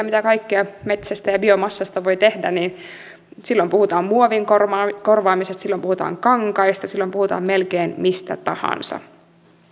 mitä kaikkea metsästä ja biomassasta voi tehdä silloin puhutaan muovin korvaamisesta korvaamisesta silloin puhutaan kankaista silloin puhutaan melkein mistä tahansa